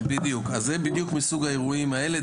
בדיוק אז זה בדיוק מסוג האירועים האלה.